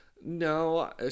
no